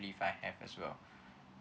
leaves I have as well